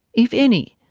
if any.